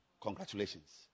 congratulations